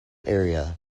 area